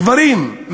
גברים,